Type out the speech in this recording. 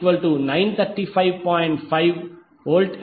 5VAR